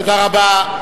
תודה רבה.